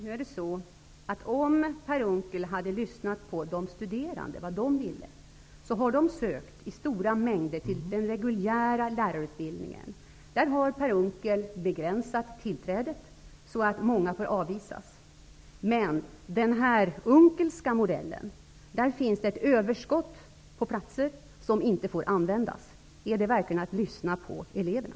Herr talman! Om Per Unckel hade lyssnat på de studerande, hade han fått veta att de i stora mängder har sökt den reguljära lärarutbildningen. Där har Per Unckel begränsat tillträdet så att många får avvisas. Men i den Unckelska modellen finns ett överskott på platser som inte får användas. Är det verkligen att lyssna på eleverna?